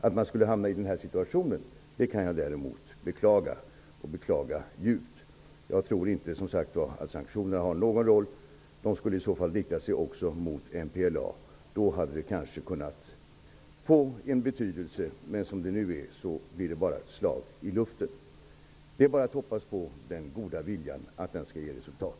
Att man skulle hamna i den här situationen kan jag däremot djupt beklaga. Jag tror, som sagt, inte att sanktionerna har någon roll. I så fall skulle de också rikta sig mot MPLA. Då hade de kanske kunnat få en betydelse, men som det nu är blir de bara ett slag i luften. Det är bara att hoppas att den goda viljan skall ge resultat.